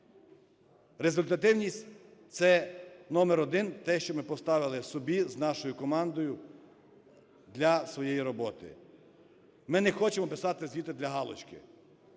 Результативність – це номер один, те, що ми поставили собі з нашою командою для своєї роботи. Ми не хочемо писати звіти для галочки.